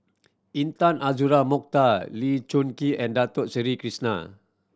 Intan Azura Mokhtar Lee Choon Kee and Dato Sri Krishna